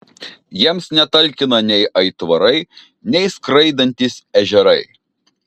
jiems netalkina nei aitvarai nei skraidantys ežerai